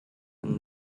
and